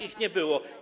ich nie było?